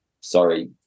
sorry